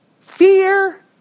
Fear